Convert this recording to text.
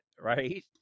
right